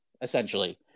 essentially